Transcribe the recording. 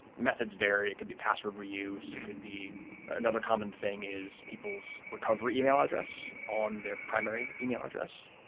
methods vary. it could be password reuse. it could be another common thing is people's recovery email address on their primary email address.